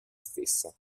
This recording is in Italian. stessa